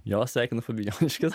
jo sveikino fabijoniškės